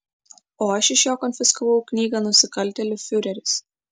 o aš iš jo konfiskavau knygą nusikaltėlių fiureris